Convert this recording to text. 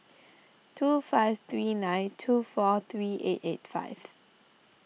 two five three nine two four three eight eight five